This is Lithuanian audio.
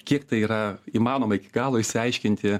kiek tai yra įmanoma iki galo išsiaiškinti